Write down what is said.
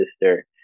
sister